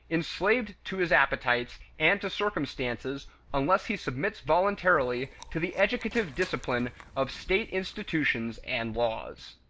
enslaved to his appetites and to circumstances unless he submits voluntarily to the educative discipline of state institutions and laws.